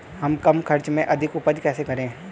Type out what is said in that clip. हम कम खर्च में अधिक उपज कैसे करें?